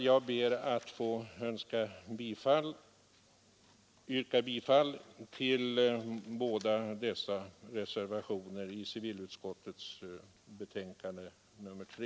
Jag ber att få yrka bifall till båda de reservationer som fogats till civilutskottets betänkande nr 3.